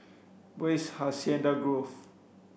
where is Hacienda Grove